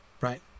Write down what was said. right